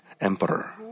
Emperor